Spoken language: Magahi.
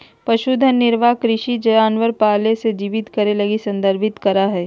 पशुधन निर्वाह कृषि जानवर पाले से जीवित करे लगी संदर्भित करा हइ